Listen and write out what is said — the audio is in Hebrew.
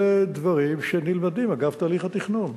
אלה דברים שנלמדים אגב תהליך התכנון.